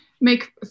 make